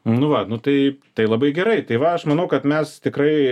nu va nu tai labai gerai tai va aš manau kad mes tikrai